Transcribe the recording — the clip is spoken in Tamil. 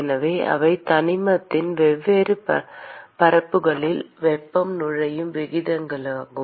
எனவே அவை தனிமத்தின் வெவ்வேறு பரப்புகளில் வெப்பம் நுழையும் விகிதங்களாகும்